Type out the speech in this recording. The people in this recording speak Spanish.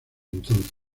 entonces